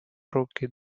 роки